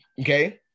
okay